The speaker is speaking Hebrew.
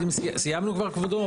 זה אסור שזה יחרוג משם,